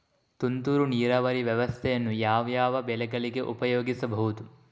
ತುಂತುರು ನೀರಾವರಿ ವ್ಯವಸ್ಥೆಯನ್ನು ಯಾವ್ಯಾವ ಬೆಳೆಗಳಿಗೆ ಉಪಯೋಗಿಸಬಹುದು?